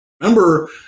remember –